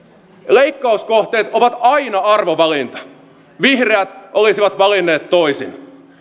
leikkauskohteet ovat aina arvovalinta vihreät olisivat valinneet toisin